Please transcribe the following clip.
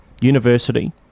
University